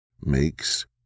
makes